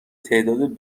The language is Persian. تعداد